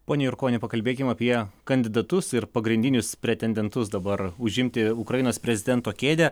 pone jurkoni pakalbėkim apie kandidatus ir pagrindinius pretendentus dabar užimti ukrainos prezidento kėdę